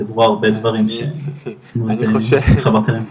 דיברו הרבה דברים שהתחברתי אליהם.